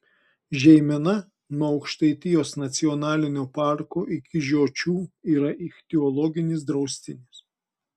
žeimena nuo aukštaitijos nacionalinio parko iki žiočių yra ichtiologinis draustinis